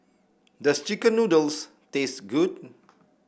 does chicken noodles taste good